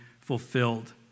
fulfilled